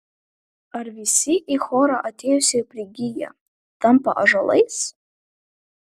ar visi į chorą atėjusieji prigyja tampa ąžuolais